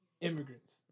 immigrants